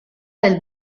del